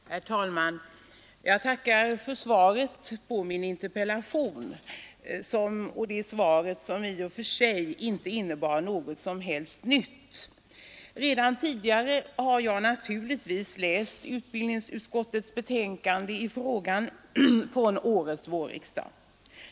Herr talman! Jag tackar för svaret på min interpellation — ett svar som dock i och för sig inte innebär något som helst nytt. Redan tidigare har jag naturligtvis läst utbildningsutskottets betänkande i frågan från årets vårriksdag.